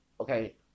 Okay